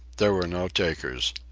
there were no takers.